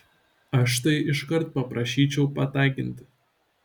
aš tai iškart paprašyčiau pataginti